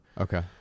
Okay